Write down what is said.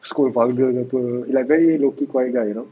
scold vulgar ke apa like very low-key quiet guy you know